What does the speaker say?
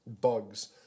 bugs